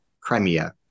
Crimea